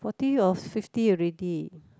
forty or fifty already